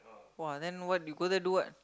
!wah! then what you go there do what